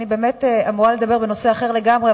אני באמת אמורה לדבר בנושא אחר לגמרי,